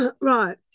Right